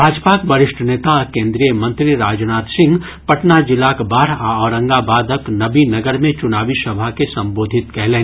भाजपाक वरिष्ठ नेता आ केन्द्रीय मंत्री राजनाथ सिंह पटना जिलाक बाढ़ आ औरंगाबादक नबीनगर मे चुनावी सभा के संबोधित कयलनि